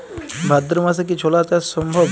ভাদ্র মাসে কি ছোলা চাষ সম্ভব?